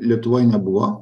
lietuvoj nebuvo